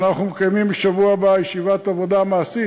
אנחנו מקיימים בשבוע הבא ישיבת עבודה מעשית,